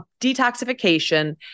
detoxification